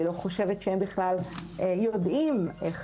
אני לא חושבת שהם בכלל יודעים איך